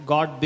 God